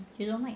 she don't like